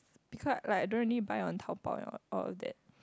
because like I don't really buy on Taobao and all that